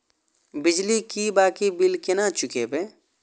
बिजली की बाकी बील केना चूकेबे?